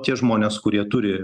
tie žmonės kurie turi